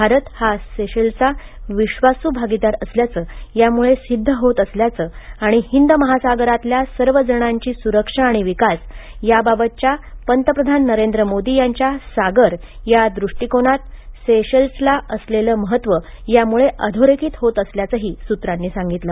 भारत हा सेशेल्सचा विश्वासू भागीदार असल्याचे यामुळे सिद्ध होत असल्याचे आणि हिंद महासागरातल्या सर्व जणांची सुरक्षा आणि विकास याबाबतच्या पंतप्रधान नरेंद्र मोदी यांच्या सागर या दृष्टीकोनात सेशेल्सला असलेले महत्व यामूळे अधोरेखित होत असल्याचेही सूत्रांनी सांगितले